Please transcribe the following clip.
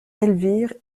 elvire